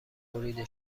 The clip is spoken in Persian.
بریده